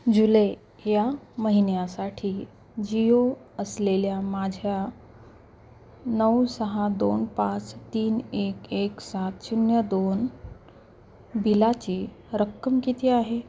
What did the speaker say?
जुलै या महिन्यासाठी जिओ असलेल्या माझ्या नऊ सहा दोन पाच तीन एक एक सात शून्य दोन बिलाची रक्कम किती आहे